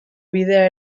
bidea